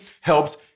helps